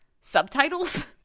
subtitles